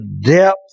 depth